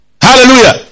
Hallelujah